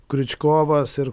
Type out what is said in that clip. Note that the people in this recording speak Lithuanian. kriučkovas ir